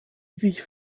sich